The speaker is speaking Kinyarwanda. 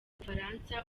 bufaransa